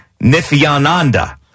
Nithyananda